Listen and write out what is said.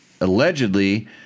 allegedly